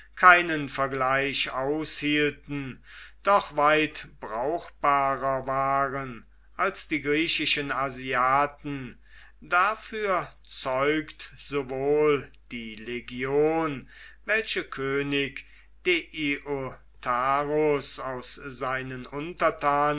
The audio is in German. keinen vergleich aushielten doch weit brauchbarer waren als die griechischen asiaten dafür zeugt sowohl die legion welche könig deiotarus aus seinen untertanen